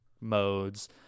modes